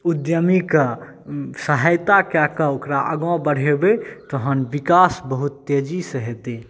उद्यमी के सहायता कय कऽ ओकरा आगाँ बढ़ेबै तहन विकास बहुत तेजी सॅं हेतै